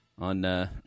on